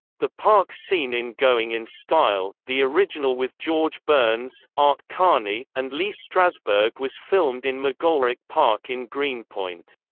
the park scene in going in style, the original with george burns, art carney, and lee strasberg was filmed in mcgolrick park in greenpoint.